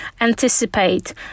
anticipate